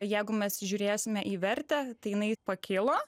jeigu mes žiūrėsime į vertę tai jinai pakilo